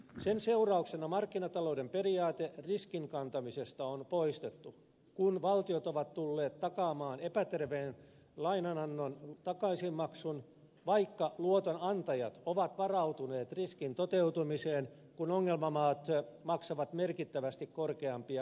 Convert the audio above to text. sen seurauksena markkinatalouden periaate riskin kantamisesta on poistettu kun valtiot ovat tulleet takaamaan epäterveen lainanannon takaisinmaksun vaikka luotonantajat ovat varautuneet riskin toteutumiseen kun ongelmamaat maksavat merkittävästi korkeampia korkoja